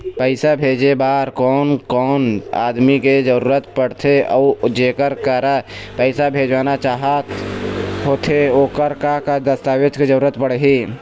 पैसा भेजे बार कोन कोन आदमी के जरूरत पड़ते अऊ जेकर करा पैसा भेजवाना चाहत होथे ओकर का का दस्तावेज के जरूरत पड़ही?